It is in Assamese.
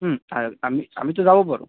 আমি আমিতো যাব পাৰোঁ